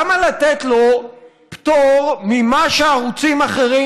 למה לתת לו פטור ממה שערוצים אחרים